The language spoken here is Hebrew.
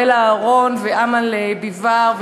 אריאלה אהרון ואמל ביבאר,